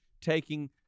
taking